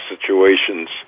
situations